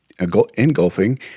engulfing